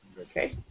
Okay